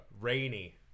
Rainy